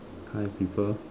hi people